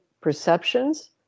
perceptions